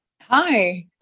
Hi